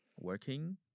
working